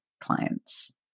clients